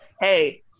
hey